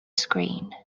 screen